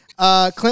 Clint